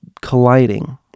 colliding